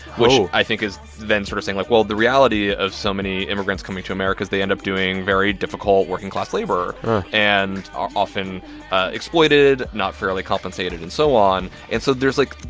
which i think is then sort of saying like, well, the reality of so many immigrants coming to america is they end up doing very difficult, working-class labor and are often exploited, not fairly compensated and so on. and so there's, like,